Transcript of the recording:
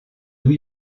new